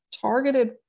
targeted